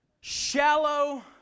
shallow